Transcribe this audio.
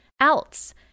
else